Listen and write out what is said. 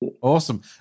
Awesome